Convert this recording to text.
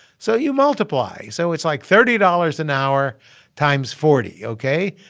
so you multiply. so it's like thirty dollars an hour times forty. ok?